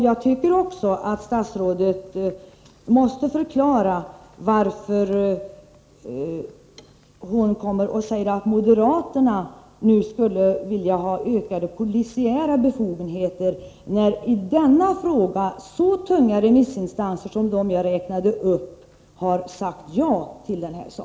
Jag tycker också att statsrådet måste förklara varför hon säger att moderaterna skulle vilja ha ökade polisiära befogenheter, när så tunga remissinstanser som dem jag räknade upp har sagt ja i denna fråga.